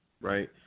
right